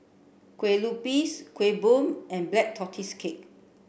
Kue Lupis Kueh Bom and Black Tortoise Cake